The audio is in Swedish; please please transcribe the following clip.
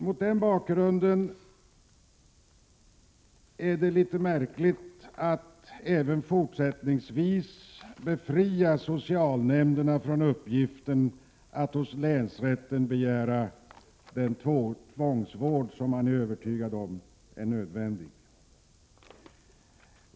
Mot den här bakgrunden är det litet märkligt att även fortsättningsvis befria socialnämnderna från uppgiften att hos länsrätten begära den tvångsvård som man är övertygad om är nödvändig.